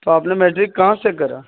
تو آپ نے میٹرک کہاں سے کرا